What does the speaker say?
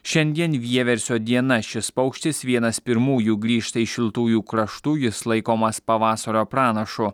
šiandien vieversio diena šis paukštis vienas pirmųjų grįžta iš šiltųjų kraštų jis laikomas pavasario pranašu